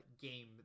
game